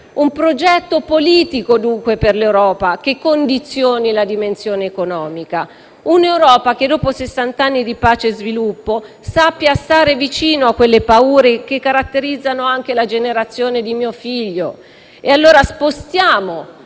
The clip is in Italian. un progetto politico per l'Europa che condizioni la dimensione economica; un'Europa che, dopo sessant'anni di pace e sviluppo, sappia stare vicino a quelle paure che caratterizzano anche la generazione di mio figlio. Spostiamo